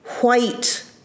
white